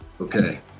Okay